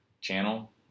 channel